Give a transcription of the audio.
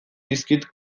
dizkit